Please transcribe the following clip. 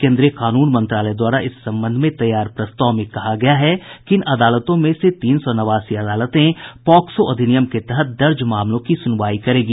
कोन्द्रीय कानून मंत्रालय द्वारा इस संबंध में तैयार प्रस्ताव में कहा गया है कि इन अदालतों में से तीन सौ नवासी अदालतें पॉक्सो अधिनियम के तहत दर्ज मामलों की सुनवाई करेगी